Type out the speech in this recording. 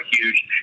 huge